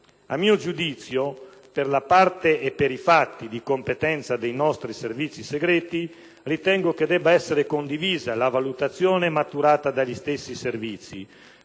A mio giudizio, per la parte e per i fatti di competenza dei nostri Servizi segreti, ritengo che debba essere condivisa la valutazione maturata dagli stessi Servizi